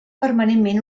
permanentment